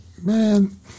man